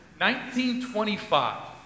1925